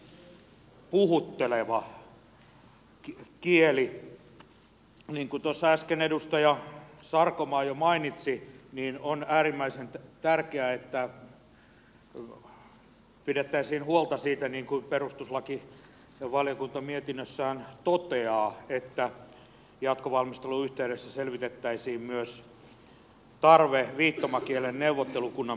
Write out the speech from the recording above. niin kuin tuossa äsken edustaja sarkomaa jo mainitsi on äärimmäisen tärkeää että pidettäisiin huolta siitä niin kuin perustuslakivaliokunta mietinnössään toteaa että jatkovalmistelun yhteydessä selvitettäisiin myös tarve viittomakielen neuvottelukunnan perustamiselle